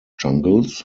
jungles